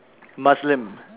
Muslim